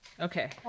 Okay